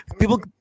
people